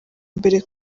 mbere